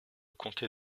comté